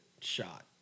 shot